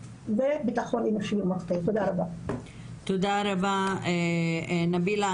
בביטחון --- תודה רבה, נבילה.